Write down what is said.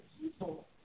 people